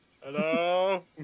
Hello